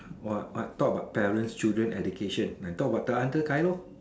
what what can talk about parent children education can talk about that until tired lor